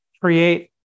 create